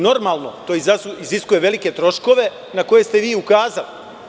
Normalno, to iziskuje velike troškove na koje ste vi i ukazali.